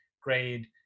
grade